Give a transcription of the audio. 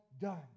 done